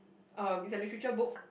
um is a literature book